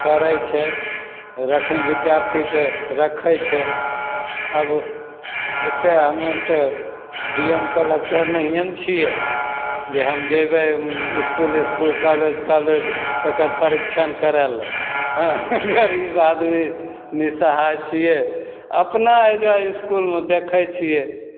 करै छै रखैमे विद्यार्थीके रखै छै आब ओतेक हमे आओर तऽ डी एम कलेक्टर नहिए ने छिए जे हम जेबै इसकुल इसकुल कॉलेज कॉलेज एकर परीक्षण करैले हँ गरीब आदमी निसहाय छिए अपना एहिजाँ इसकुलमे देखै छिए